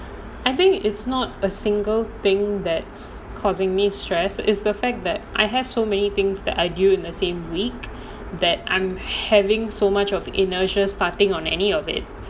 I think it's not a single thing that's causing me stress is the fact that I have so many things that are due in the same week that I'm having so much of inertia starting on any of it